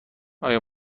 آیا